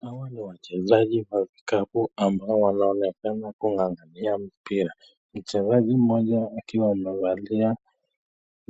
Hawa ni wachezaji wa kikapu ambao wanaonekana kung'ang'ania mpira. Mchezaji huyu mmoja akiwa amevalia